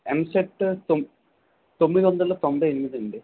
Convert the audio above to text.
ఎంసెట్ తొ తొమ్మిది వందల తొంభై ఎనిమిది అండి